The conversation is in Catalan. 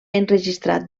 enregistrat